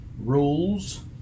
rules